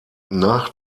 nach